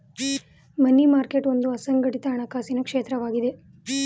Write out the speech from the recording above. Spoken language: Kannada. ಮನಿ ಮಾರ್ಕೆಟ್ ಒಂದು ಅಸಂಘಟಿತ ಹಣಕಾಸಿನ ಕ್ಷೇತ್ರವಾಗಿದೆ